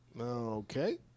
Okay